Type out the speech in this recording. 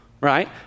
Right